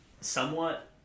somewhat